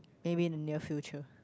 maybe in your future